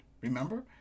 remember